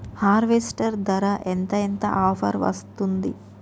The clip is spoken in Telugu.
హార్వెస్టర్ ధర ఎంత ఎంత ఆఫర్ వస్తుంది?